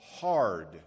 hard